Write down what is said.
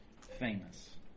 famous